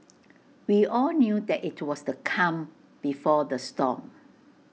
we all knew that IT was the calm before the storm